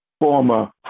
former